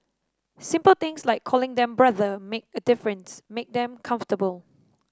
simple things like calling them brother make a difference make them comfortable